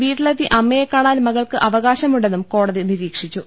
വീട്ടിലെത്തി അമ്മയെ കാണാൻ മകൾക്ക് അവ കാശമുണ്ടെന്നും കോടതി നിരീക്ഷിച്ചു